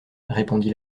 répondit